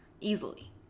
easily